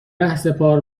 رهسپار